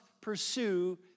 pursue